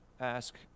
ask